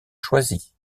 choisie